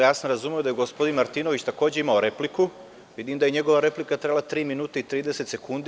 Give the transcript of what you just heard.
Pošto sam razumeo da je gospodin Martinović takođe imao repliku, vidim da je njegova replika trajala tri minuta i 30 sekundi.